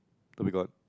Dhoby-Ghaut